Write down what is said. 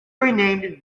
renamed